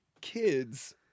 kids